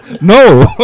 No